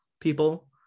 people